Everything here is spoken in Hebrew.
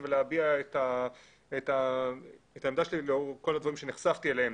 ולהביע את העמדה שלי לאור כל הדברים שנחשפתי אליהם.